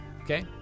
Okay